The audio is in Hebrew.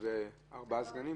אם מישהו חונה באדום-לבן,